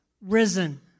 risen